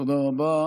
תודה רבה.